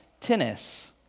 tennis